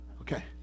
Okay